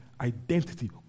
identity